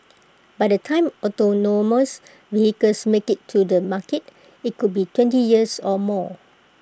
by the time autonomous vehicles make IT to the market IT could be twenty years or more